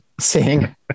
seeing